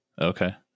Okay